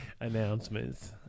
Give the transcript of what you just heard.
announcements